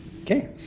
Okay